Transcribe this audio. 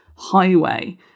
highway